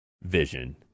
vision